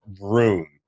room